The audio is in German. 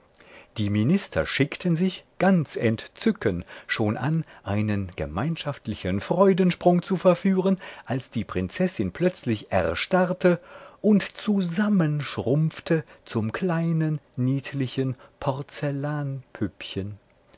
die minister schickten sich ganz entzücken schon an einen gemeinschaftlichen freudensprung zu verführen als die prinzessin plötzlich erstarrte und zusammenschrumpfte zum kleinen niedlichen